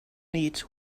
needs